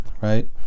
right